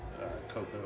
cocoa